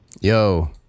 yo